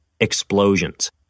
Explosions